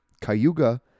Cayuga